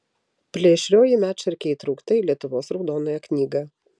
plėšrioji medšarkė įtraukta į lietuvos raudonąją knygą